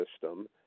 system